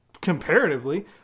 comparatively